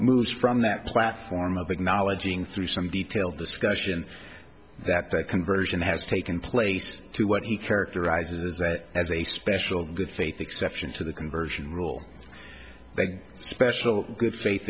moves from that platform of acknowledging through some detailed discussion that the conversion has taken place to what he characterizes as a special good faith exception to the conversion rule that special good faith